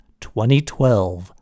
2012